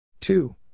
Two